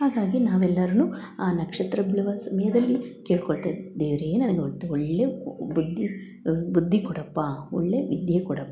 ಹಾಗಾಗಿ ನಾವೆಲ್ಲರನು ಆ ನಕ್ಷತ್ರ ಬೀಳುವ ಸಮಯದಲ್ಲಿ ಕೇಳಿಕೊಳ್ತ ಇದ್ವಿ ದೇವರೇ ನನಗೆ ಒಂದು ಒಳ್ಳೆಯ ಬುದ್ದಿ ಬುದ್ದಿ ಕೊಡಪ್ಪ ಒಳ್ಳೆಯ ವಿದ್ಯೆ ಕೊಡಪ್ಪ